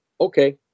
okay